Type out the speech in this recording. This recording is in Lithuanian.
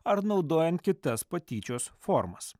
ar naudojant kitas patyčios formas